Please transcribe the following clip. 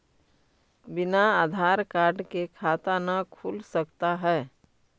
बिना आधार कार्ड के खाता न खुल सकता है?